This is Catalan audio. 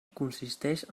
consisteix